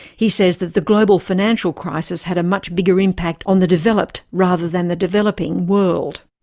he says that the global financial crisis had a much bigger impact on the developed rather than the developing world.